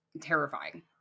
Terrifying